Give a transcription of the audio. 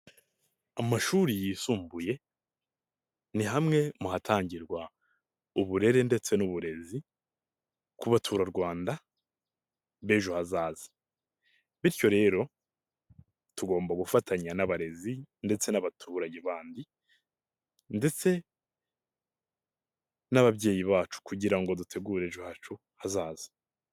Amashuri yisumbuye ni hamwe mu hatangirwa uburere ndetse n'uburezi ku baturarwanda b'ejo hazaza. Bityo rero, tugomba gufatanya n'abarezi ndetse n'abaturanyi bandi ndetse n'ababyeyi bacu kugira ngo dutegure ejo hacu hazaza.